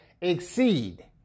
exceed